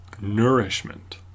nourishment